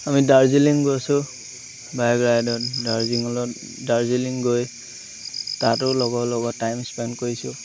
আমি দাৰ্জিলিং গৈছোঁ বাইক ৰাইডত দাৰ্জিঙত দাৰ্জিলিং গৈ তাতো লগৰ লগত টাইম স্পেণ্ড কৰিছোঁ